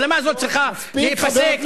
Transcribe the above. מלחמות צודקות שהביאו לפה שקט.